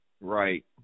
Right